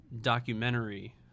documentary